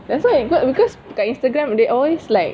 that's why because because dekat Instagram they always like